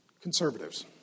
conservatives